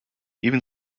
even